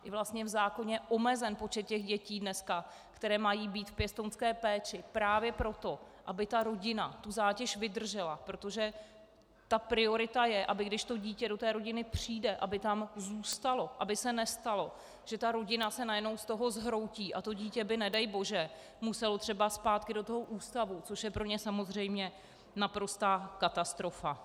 I vlastně je v zákoně omezen počet dětí dneska, které mají být v pěstounské péči, právě proto, aby rodina tu zátěž vydržela, protože priorita je, aby když dítě do té rodiny přijde, aby tam zůstalo, aby se nestalo, že ta rodina se najednou z toho zhroutí a dítě by nedej bože muselo třeba zpátky do ústavu, což je pro něj samozřejmě naprostá katastrofa.